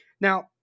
Now